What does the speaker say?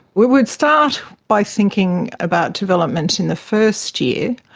we would start by thinking about development in the first year,